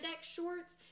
shorts